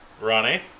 Ronnie